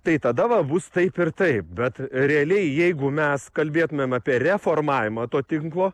tai tada va bus taip ir taip bet realiai jeigu mes kalbėtumėm apie reformavimą to tinklo